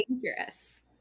dangerous